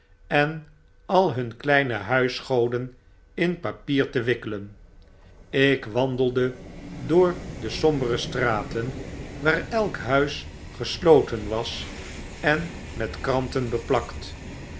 en al hunkleine huisgoden in papier te wikkeien ik wandelde door de sombere straten waar elk huis gesloten was en met kranten beplakt